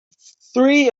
three